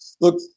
look